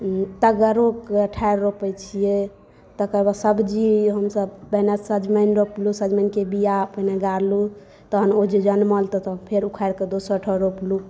तगरो के ठारि रोपै छियै तकरबाद सब्जी हमसब पहिने सजमनि रोपलहुॅं सजमनि के बिया पहिने गारलहुॅं तहन ओ जे जनमल तऽ फेर ऊखारि कऽ दोसरठाम रोपलहुॅं